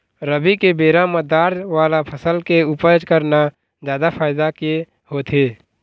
रबी के बेरा म दार वाला फसल के उपज करना जादा फायदा के होथे